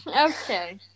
Okay